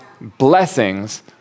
blessings